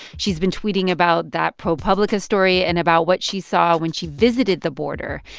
she's been tweeting about that propublica story and about what she saw when she visited the border,